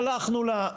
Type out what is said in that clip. שלחנו לה,